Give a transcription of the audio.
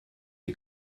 die